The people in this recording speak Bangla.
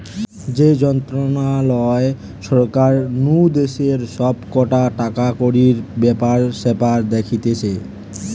যে মন্ত্রণালয় সরকার নু দেশের সব কটা টাকাকড়ির ব্যাপার স্যাপার দেখতিছে